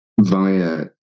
via